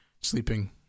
sleeping